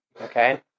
Okay